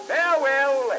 Farewell